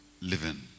living